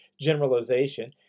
generalization